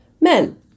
men